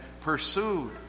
pursued